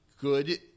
good